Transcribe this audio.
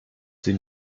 sie